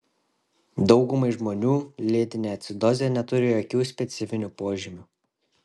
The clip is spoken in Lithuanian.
daugumai žmonių lėtinė acidozė neturi jokių specifinių požymių